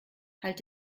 halt